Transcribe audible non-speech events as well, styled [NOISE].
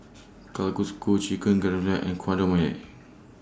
[UNINTELLIGIBLE] Chicken [UNINTELLIGIBLE] and Guacamole